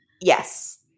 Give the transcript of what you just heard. Yes